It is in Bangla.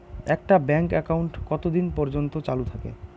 একটা ব্যাংক একাউন্ট কতদিন পর্যন্ত চালু থাকে?